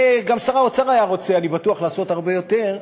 גם שר האוצר היה רוצה, אני בטוח, לעשות הרבה יותר,